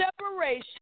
Separation